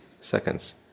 seconds